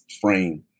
frame